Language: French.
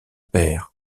pair